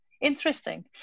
Interesting